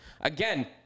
Again